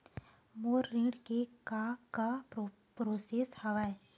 मोर ऋण के का का प्रोसेस हवय?